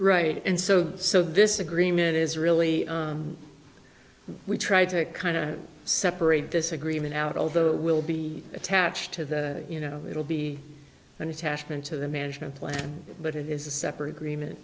right and so so this agreement is really we tried to kind of separate this agreement out although it will be attached to the you know it'll be an attachment to the management plan but it is a separate agreement